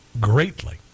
greatly